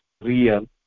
real